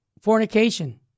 Fornication